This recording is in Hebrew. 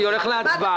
אני הולך להצבעה.